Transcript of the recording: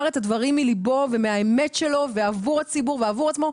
את הדברים מליבו ומהאמת שלו ועבור הציבור ועבור עצמו.